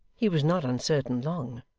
he was not uncertain long,